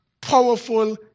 powerful